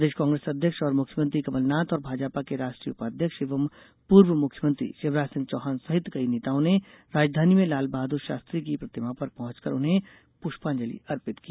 प्रदेश कांग्रेस अध्यक्ष और मुख्यमंत्री कमलनाथ और भाजपा के राष्ट्रीय उपाध्यक्ष एवं पूर्व मुख्यमंत्री शिवराज सिंह चौहान सहित कई नेताओं ने राजधानी में लाल बहादुर शास्त्री की प्रतिमा पर पहुंचकर उन्हें पुष्पांजलि अर्पित की